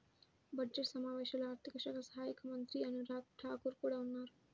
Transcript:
budget సమావేశాల్లో ఆర్థిక శాఖ సహాయక మంత్రి అనురాగ్ ఠాకూర్ కూడా ఉన్నారు